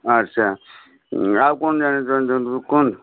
ଆଚ୍ଛା ଆଉ କ'ଣ ଜାଣିବାକୁ କୁହନ୍ତୁ